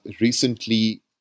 recently